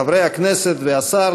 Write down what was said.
חברי הכנסת והשר,